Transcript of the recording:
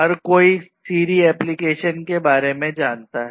हर कोई Siri application के बारे में जानता है